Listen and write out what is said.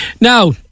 Now